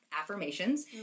Affirmations